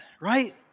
right